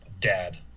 Dad